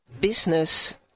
business